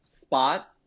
spot